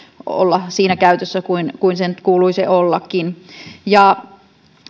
olla siinä käytössä kuin kuin sen kuuluisi ollakin